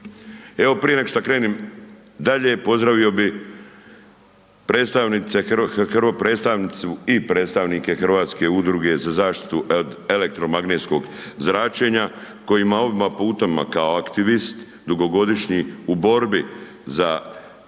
Evo prije neg šta krenem dalje, pozdravio bi predstavnice, prvo predstavnicu i predstavnike Hrvatske udruge za zaštitu od elektromagnetskog zračenja kojima ovim putem kao aktivist dugogodišnji u borbi za